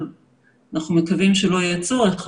אנחנו מקווים שלא יהיה צורך,